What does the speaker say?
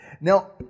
Now